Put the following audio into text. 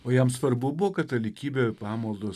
o jam svarbu buvo katalikybė pamaldos